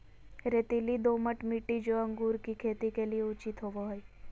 रेतीली, दोमट मिट्टी, जो अंगूर की खेती के लिए उचित होवो हइ